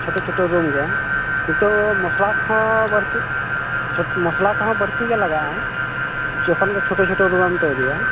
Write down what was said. ᱪᱷᱳᱴᱳ ᱪᱷᱳᱴᱳ ᱨᱩᱢᱜᱮ ᱱᱤᱛᱚ ᱢᱚᱥᱞᱟ ᱠᱚ ᱵᱟᱹᱲᱛᱤ ᱪᱷᱳ ᱢᱚᱥᱞᱟ ᱠᱚᱦᱚᱸ ᱵᱟᱹᱲᱛᱤ ᱜᱮ ᱞᱟᱜᱟᱜᱼᱟ ᱡᱚᱠᱷᱚᱱ ᱜᱮ ᱪᱷᱳᱴᱳ ᱪᱷᱳᱴᱳ ᱨᱩᱢ ᱟᱢ ᱛᱚᱭᱨᱤᱭᱟ